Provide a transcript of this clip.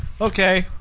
Okay